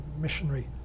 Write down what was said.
missionary